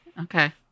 okay